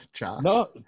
No